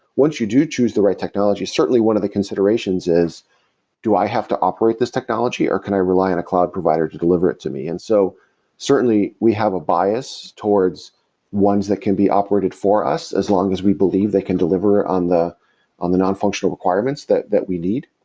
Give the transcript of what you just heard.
once you do choose the right technology, certainly one of the considerations is do i have to operate this technology, or can i rely cloud provider to deliver it to me? and so certainly, we have a bias towards ones that can be operated for us, as long as we believe they can deliver on the on the non-functional requirements that that we need.